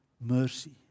mercy